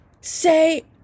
say